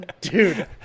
Dude